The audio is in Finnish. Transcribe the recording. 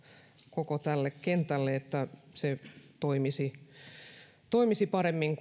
koko tälle kentälle että se toimisi toimisi paremmin